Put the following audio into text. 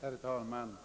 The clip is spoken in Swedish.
Herr talman!